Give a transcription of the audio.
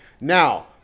Now